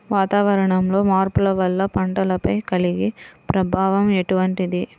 వాతావరణంలో మార్పుల వల్ల పంటలపై కలిగే ప్రభావం ఎటువంటిది?